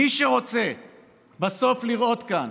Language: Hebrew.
מי שרוצה בסוף לראות כאן